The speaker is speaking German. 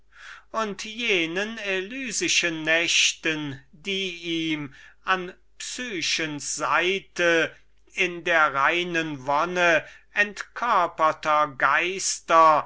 hatte und den elysischen nächten die ihm an psychens seite in der reinen wonne entkörperter geister